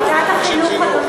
ועדת החינוך.